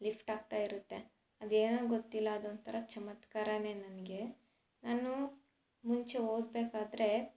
lift ಆಗ್ತಾ ಇರುತ್ತೆ ಅದೇನೋ ಗೊತ್ತಿಲ್ಲ ಅದೊಂತರ ಚಮತ್ಕಾರವೆ ನನಗೆ ನಾನು ಮುಂಚೆ ಓದಬೇಕಾದ್ರೆ